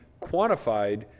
quantified